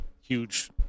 huge